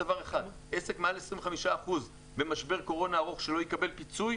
עסק מעל 25% במשבר קורונה ארוך שלא יקבל פיצוי,